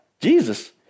Jesus